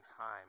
time